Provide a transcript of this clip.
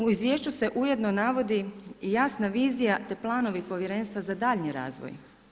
U izvješću se ujedno navodi i jasna vizija te planovi povjerenstva za daljnji razvoj.